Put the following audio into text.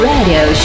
Radio